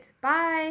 Bye